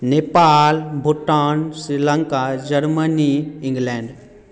Nepal Bhutan Sri Lanka Germany England